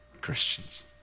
Christians